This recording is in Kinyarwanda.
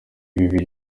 bibiri